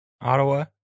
Ottawa